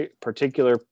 particular